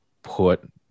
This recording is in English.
put